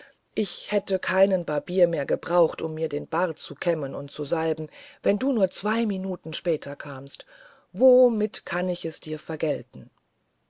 ich hätte keinen barbier mehr gebrauche um mir den bart kämmen und salben zu lassen wenn du nur zwei minuten später kamst womit kann ich es dir vergelten